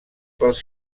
pels